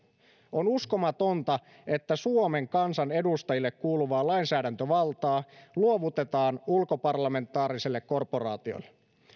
on uskomatonta että suomen kansan edustajille kuuluvaa lainsäädäntövaltaa luovutetaan ulkoparlamentaariselle korporaatiolle